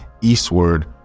eastward